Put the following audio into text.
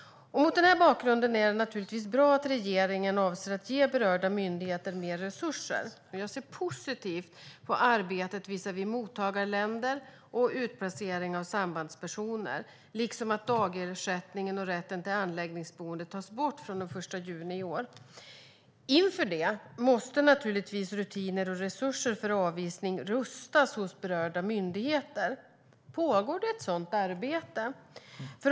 Mot den bakgrunden är det naturligtvis bra att regeringen avser att ge berörda myndigheter mer resurser. Och jag ser positivt på arbetet visavi mottagarländer och utplacering av sambandspersoner, liksom att dagersättningen och rätten till anläggningsboende tas bort från den 1 juni i år. Inför det måste naturligtvis rutiner och resurser för avvisning rustas hos berörda myndigheter. Pågår det ett sådant arbete?